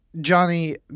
Johnny